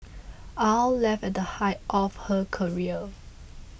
Aw left at the height of her career